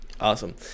Awesome